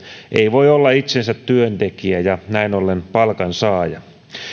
voi olla itsensä työntekijä ja ja näin ollen palkansaaja